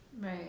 Right